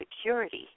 security